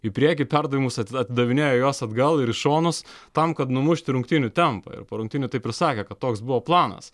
į priekį perdavimus ati atidavinėja juos atgal ir į šonus tam kad numušti rungtynių tempą ir po rungtynių taip ir sakė kad toks buvo planas